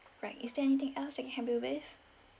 right is there anything else that can help you with